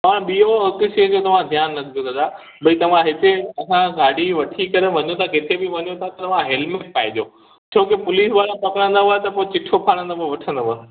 तव्हां ॿियो ध्यानु रखिजो दादा भई तव्हां हिते असां गाॾी वठी करे वञो था किथे बि वञो था तव्हां हेलमेट पाएजो छो की पुलिस वारा पकड़ंदव त चिट्ठो फ़ाड़ंदव हू वठंदव